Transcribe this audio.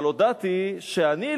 אבל הודעתי שאני,